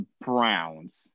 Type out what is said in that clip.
Browns